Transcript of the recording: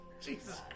Jesus